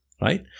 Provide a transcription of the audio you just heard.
right